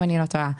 אם אני לא טועה.